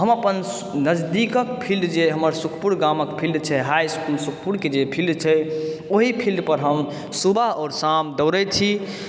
हम अपन नजदीकक फिल्ड जे हमर सुखपुर गामक फिल्ड छै हाईइस्कूल सुखपुरके जे फिल्ड छै ओहि फिल्ड पर हम सुबह आओर शाम दौड़य छी